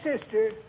sister